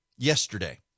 Yesterday